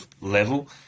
level